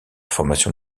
formation